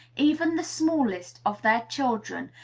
even the smallest, of their children,